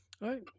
right